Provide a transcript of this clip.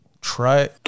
try